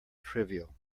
trivial